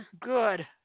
Good